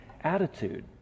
attitude